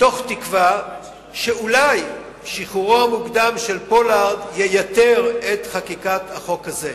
מתוך תקווה שאולי שחרורו המוקדם של פולארד ייתר את חקיקת החוק הזה.